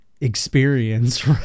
experience